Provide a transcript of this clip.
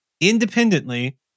independently